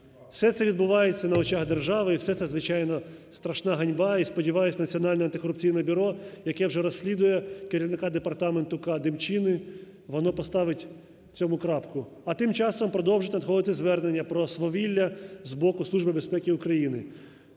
Все це відбувається на очах держави. І все це, звичайно, страшна ганьба. І сподіваюсь, Національне антикорупційне бюро, яке вже розслідує керівника департаменту "К" Демчини, воно поставить цьому крапку. А тим часом продовжують надходити звернення про свавілля з боку Служби безпеки України.